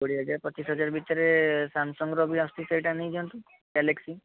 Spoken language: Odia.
କୋଡ଼ିଏ ହଜାର ପଚିଶ ହଜାର ଭିତରେ ସାମସଙ୍ଗ୍ର ବି ଆସୁଛି ସେଇଟା ନେଇ ଯାଆନ୍ତୁ ଗ୍ୟାଲେକ୍ସି